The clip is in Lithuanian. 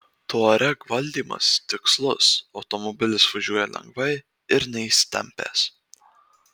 touareg valdymas tikslus automobilis važiuoja lengvai ir neįsitempęs